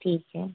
ठीक है